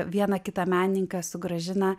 vieną kitą menininką sugrąžina